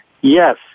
Yes